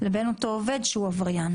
לבין אותו עובד שהוא עבריין,